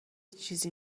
چیزی